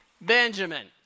Benjamin